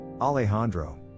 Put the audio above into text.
Alejandro